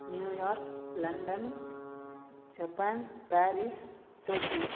New York London Japan Paris Tokyo